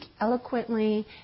eloquently